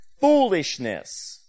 foolishness